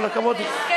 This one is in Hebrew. כל הכבוד לך.